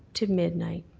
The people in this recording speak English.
to midnight.